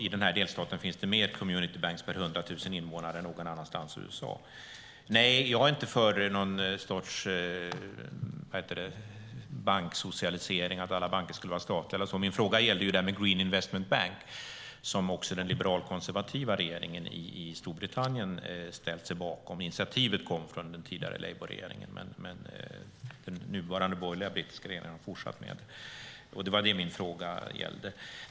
I denna delstat finns det fler community banks per 100 000 invånare än någon annanstans i USA. Nej, jag är inte för någon sorts banksocialisering och att alla banker skulle vara statliga. Min fråga gällde detta med Green Investment Bank som även den liberalkonservativa regeringen i Storbritannien har ställt sig bakom. Initiativet kom från den tidigare labourregeringen, men den nuvarande borgerliga brittiska regeringen har fortsatt med detta. Det var det som min fråga gällde.